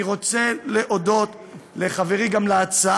אני רוצה להודות גם לחברי להצעה,